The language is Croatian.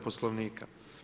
Poslovnika.